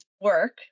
work